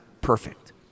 perfect